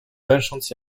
węsząc